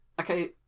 Okay